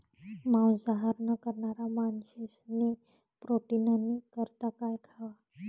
मांसाहार न करणारा माणशेस्नी प्रोटीननी करता काय खावा